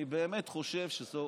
אני באמת חושב שזאת